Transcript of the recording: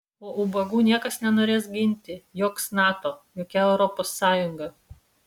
o ubagų niekas nenorės ginti joks nato jokia europos sąjunga